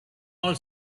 all